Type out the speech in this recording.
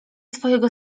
twojego